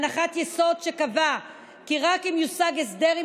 הנחת יסוד שקבעה כי רק אם יושג הסדר עם